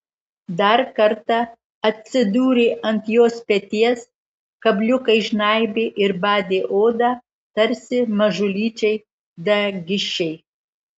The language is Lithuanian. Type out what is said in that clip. dar kartą atsidūrė ant jos peties kabliukai žnaibė ir badė odą tarsi mažulyčiai dagišiai